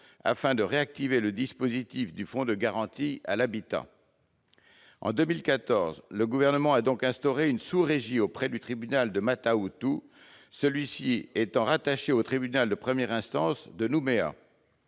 afin de réactiver le dispositif du Fonds de garantie à l'habitat. En 2014, le Gouvernement a donc instauré une sous-régie auprès du tribunal de Mata Utu, celle-ci étant rattachée au tribunal de première instance de Nouméa.